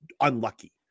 unlucky